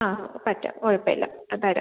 ആ പറ്റും കുഴപ്പമില്ല അത് തരാം